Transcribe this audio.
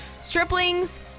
Stripling's